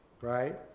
right